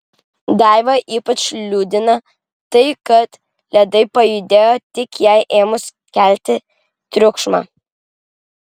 daivą ypač liūdina tai kad ledai pajudėjo tik jai ėmus kelti triukšmą